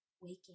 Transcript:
waking